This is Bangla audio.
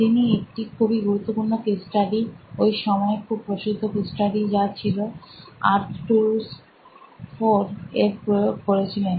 তিনি একটি খুবই গুরুত্বপূর্ণ কেস স্টাডি ওই সময়ে খুবই প্রসিদ্ধ কেস স্টাডি যা ছিল আর্কটুরুস IV এর প্রয়োগ করেছিলেন